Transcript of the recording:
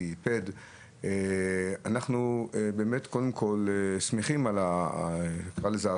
PET-CT. אנחנו קודם כל באמת שמחים על ההרחבה,